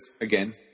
again